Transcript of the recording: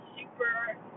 super